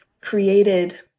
created